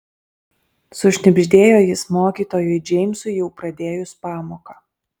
sušnibždėjo jis mokytojui džeimsui jau pradėjus pamoką